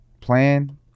plan